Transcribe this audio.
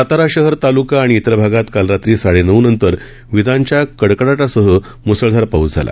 सातारा शहर ताल्का आणि इतर भागात काल रात्री साडेनऊनंतर विजांच्या कडकडाटासह म्सळधार पाऊस झाला